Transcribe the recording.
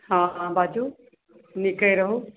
हाँ बाजु नीके रहु